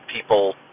people